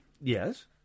Yes